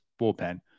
bullpen